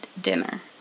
dinner